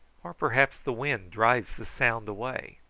or perhaps the wind drives the sound away.